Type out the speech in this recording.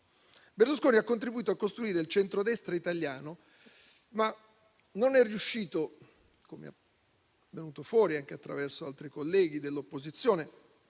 Berlusconi ha contribuito a costruire il centrodestra italiano, ma non è riuscito, com'è venuto fuori anche dagli interventi di altri colleghi dell'opposizione,